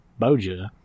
Boja